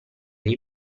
dei